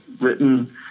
written